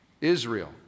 Israel